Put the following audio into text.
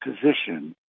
position